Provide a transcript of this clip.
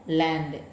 land